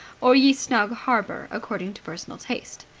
or ye snug harbour, according to personal taste.